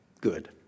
Good